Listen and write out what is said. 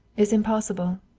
is impossible.